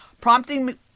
prompting